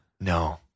No